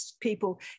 people